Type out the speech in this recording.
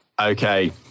Okay